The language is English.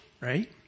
right